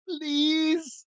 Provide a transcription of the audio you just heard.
please